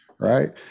right